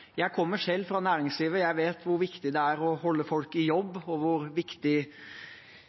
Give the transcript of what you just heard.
Jeg kommer selv fra næringslivet. Jeg vet hvor viktig det er å holde folk i jobb, og hvor